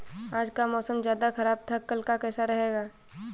आज का मौसम ज्यादा ख़राब था कल का कैसा रहेगा?